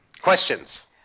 Questions